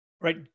Right